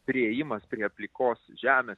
priėjimas prie plikos žemės